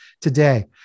today